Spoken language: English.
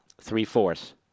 three-fourths